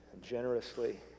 generously